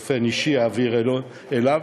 באופן אישי אעביר אליו,